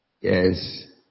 Yes